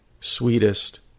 sweetest